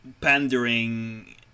pandering